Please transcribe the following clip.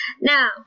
now